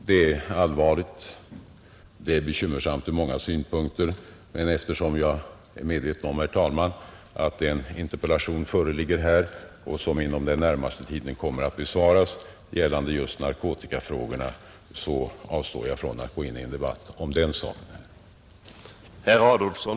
Det är allvarligt, det är bekymmersamt ur många synpunkter, men eftersom jag är medveten om, herr talman, att en interpellation föreligger — som inom den närmaste tiden kommer att besvaras — gällande just narkotikafrågorna, avstår jag från att gå in i debatt om den saken,